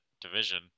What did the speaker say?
division